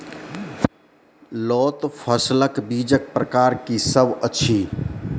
लोत फसलक बीजक प्रकार की सब अछि?